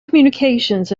communications